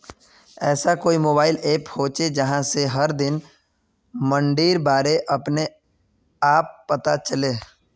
ऐसा कोई mobile app होचे जहा से हर दिन मंडीर बारे अपने आप पता चले?